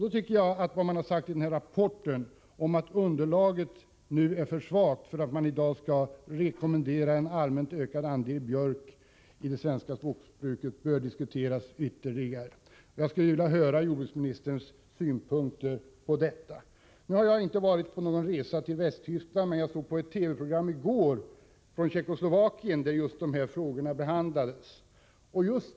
Då tycker jag att vad som sagts i rapporten om att underlaget är för svagt för att man i dag skall rekommendera en allmänt ökad andel björk i det svenska skogsbruket bör diskuteras ytterligare. Jag skulle vilja höra jordbruksministerns synpunkter på detta. Jag har inte varit på någon resa till Västtyskland, men jag såg i går ett TV-program från Tjeckoslovakien där just de här frågorna behandlades.